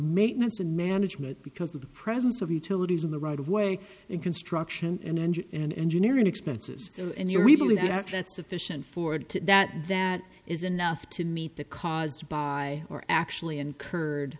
maintenance and management because of the presence of utilities in the right of way in construction and engine and engineering expenses and here we believe that sufficient forward to that that is enough to meet the caused by or actually incurred